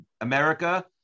America